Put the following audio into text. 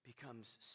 becomes